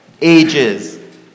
ages